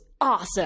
awesome